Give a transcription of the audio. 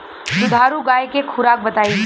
दुधारू गाय के खुराक बताई?